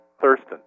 Thurston